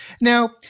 Now